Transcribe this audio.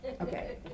Okay